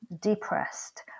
depressed